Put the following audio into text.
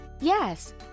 yes